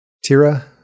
Tira